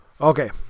Okay